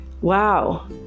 Wow